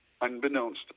Unbeknownst